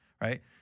right